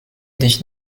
dich